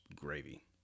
gravy